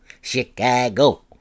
Chicago